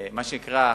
מה שנקרא,